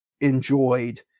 enjoyed